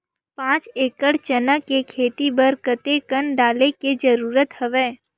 पांच एकड़ चना के खेती बर कते कन डाले के जरूरत हवय?